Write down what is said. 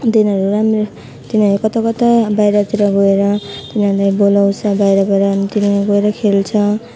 तिनीहरू राम्रो तिनीहरू कता कता बाहिरतिर गएर तिनीहरूले बोलाउँछ बाहिर गएर अनि तिनीहरू गएर खेल्छ